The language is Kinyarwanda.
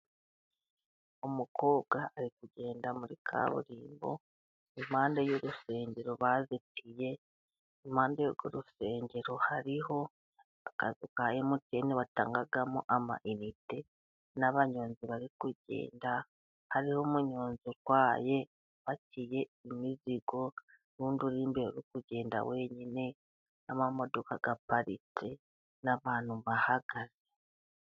Umukobwa ari kugenda muri kaburimbo, impande y'urusengero bazitiye, impande y'urwo rusengero hariho akazu ka emutiyene batangamo ama inite, n'abanyonzi bari kugenda, hariho umunyonzi utwaye, upakiye imizigo, n'undi uri imbere uri kugenda wenyine, n'amamodoka aparitse, n'abantu bahagaze.